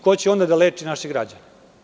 Ko će onda da leči naše građane?